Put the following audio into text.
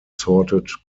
sorted